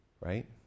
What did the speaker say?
right